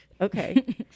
Okay